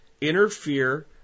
interfere